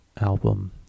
album